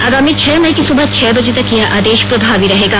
आगामी छह मई की सुबह छह बजे तक यह आदेश प्रभावी रहेगा